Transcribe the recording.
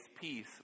peace